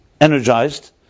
energized